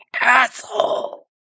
asshole